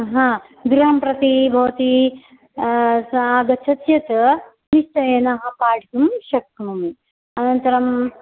हा गृहं प्रती भवती आगच्छति चेत् निश्चयेन अहं पाठितुं शक्नोमि अनन्तरम्